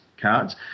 Cards